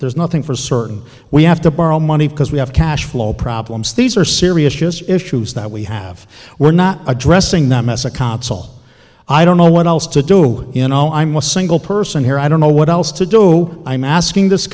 there's nothing for certain we have to borrow money because we have cash flow problems these are serious just issues that we have we're not addressing that message consul i don't know what else to do you know i'm a single person here i don't know what else to do i'm asking this